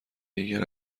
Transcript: دیگر